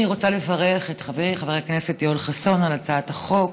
אני רוצה לברך את חברי חבר הכנסת יואל חסון על הצעת החוק,